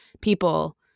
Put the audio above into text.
people